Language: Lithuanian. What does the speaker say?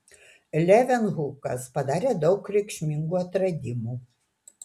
levenhukas padarė daug reikšmingų atradimų